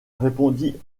répondit